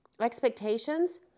expectations